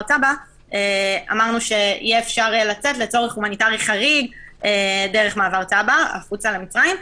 טאבה אפשר יהיה לצאת לצורך הומניטרי חריג דרך מעבר טאבה החוצה למצרים.